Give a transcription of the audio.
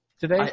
today